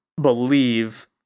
believe